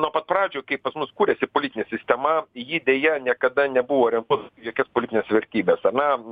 nuo pat pradžių kai pas mus kūrėsi politinė sistema ji deja niekada nebuvo ir nebus jokia politinės vertybės ar ne